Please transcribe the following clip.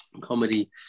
Comedy